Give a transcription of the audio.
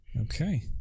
Okay